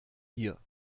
hier